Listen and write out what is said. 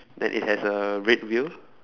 then it has a red wheel